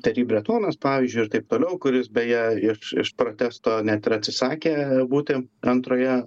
tery bretonas pavyzdžiui ir taip toliau kuris beje ir iš protesto net ir atsisakė būti antroje